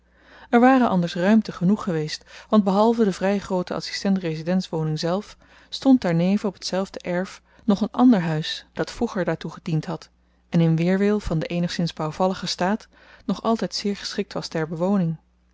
er ware anders ruimte genoeg geweest want behalve de vry groote adsistent residentswoning zelf stond daarneven op tzelfde erf nog een ander huis dat vroeger daartoe gediend had en in weerwil van den eenigszins bouwvalligen staat nog altyd zeer geschikt was ter bewoning